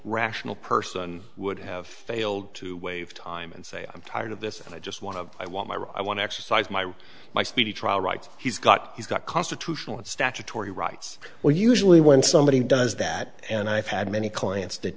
rational person would have failed to waive time and say i'm tired of this i just want to i want my right i want to exercise my right my speedy trial rights he's got he's got constitutional and statutory rights where usually when somebody does that and i've had many clients that